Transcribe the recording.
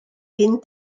cyn